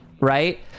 right